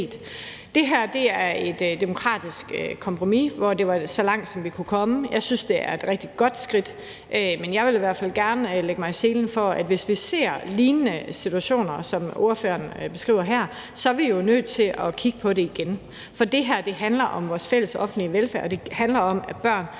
Det her er et demokratisk kompromis, og det er så langt, som vi kunne komme. Jeg synes, det er et rigtig godt skridt, men jeg vil i hvert fald gerne lægge mig i selen for, at hvis vi ser lignende situationer som dem, ordføreren beskriver her, så er vi jo nødt til at kigge på det igen. For det her handler om vores fælles offentlige velfærd, og det handler om, at børn